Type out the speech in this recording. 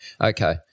Okay